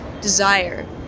desire